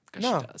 No